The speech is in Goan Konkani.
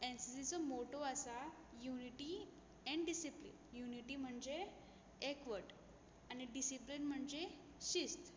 एनसीसीचो मोटो आसा युनिटी एंड डिसिप्लीन युनिटी म्हणजे एकवट आणी डिसिप्लीन म्हणजे शिस्त